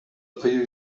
кыюу